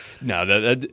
No